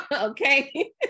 okay